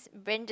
brand just